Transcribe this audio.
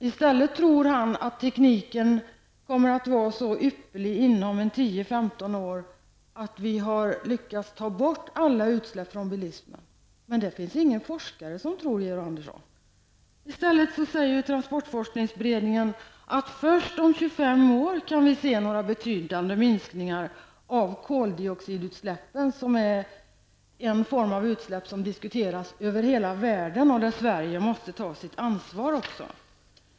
I stället tror han att tekniken inom 10--15 år kommer att vara så ypperlig att vi har lyckats ta bort alla utsläpp från bilarna. Men det finns inga forskare som tror det, Georg Andersson. Transportforskningsberedningen säger att vi först om 25 år kan se några betydande minskningar av koldioxidutsläppen, som är en form av utsläpp som diskuteras över hela världen och där Sverige också måste ta sitt ansvar.